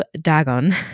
Dagon